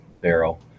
barrel